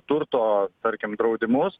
turto tarkim draudimus